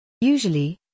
Usually